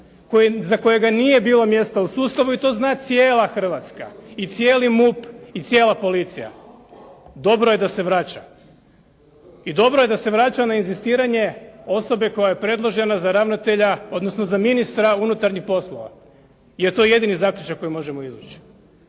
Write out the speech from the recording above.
za kojega nije bilo mjesta u sustavu i to zna cijela Hrvatska i cijeli MUP i cijela policija. Dobro je da se vraća. I dobro je da se vraća na inzistiranje osobe koja je predložena za ravnatelja, odnosno za ministra unutarnjih polova jer je to jedini zaključak koji možemo izvesti.